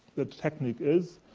the technique is,